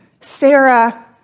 Sarah